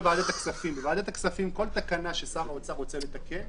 בוועדת הכספים כל תקנה ששר האוצר רוצה לתקן,